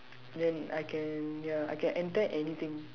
then I can ya I can enter anything